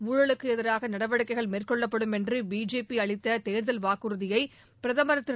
ஊழலுக்கு எதிராக நடவடிக்கைகள் மேற்கொள்ளப்படும் என்று பிஜேபி அளித்த தேர்தல் வாக்குறதியை பிரதம் திரு